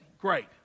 great